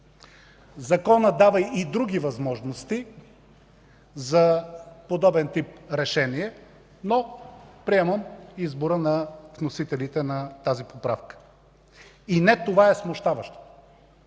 Законът дава и други възможности за подобен тип решения, но приемам избора на вносителите на тази поправка. И не това е смущаващото.